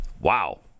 Wow